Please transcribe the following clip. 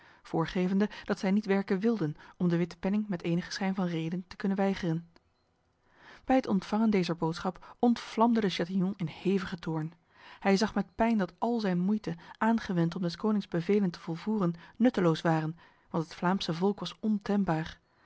voorgevende dat zij niet werken wilden om de witte penning met enige schijn van reden te kunnen weigeren bij het ontvangen dezer boodschap ontvlamde de chatillon in hevige toorn hij zag met pijn dat al zijn moeite aangewend om des konings bevelen te volvoeren nutteloos waren want het vlaamse volk was ontembaar